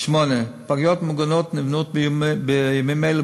8. פגיות ממוגנות נבנות בימים אלה